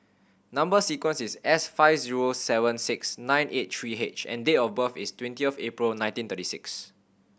number sequence is S five zero seven six nine eight three H and date of birth is twenty of April nineteen thirty six